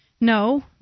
No